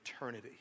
eternity